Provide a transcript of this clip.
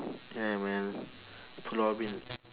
yeah man pulau ubin